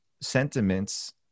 sentiments